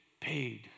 paid